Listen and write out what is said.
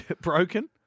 Broken